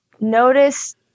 Notice